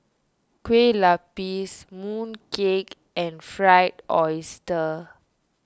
Kueh Lapis Mooncake and Fried Oyster